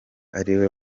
ariwe